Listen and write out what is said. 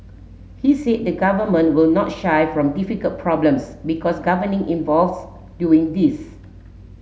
he said the government will not shy from difficult problems because governing involves doing these